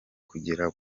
kugera